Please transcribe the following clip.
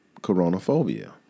coronaphobia